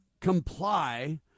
comply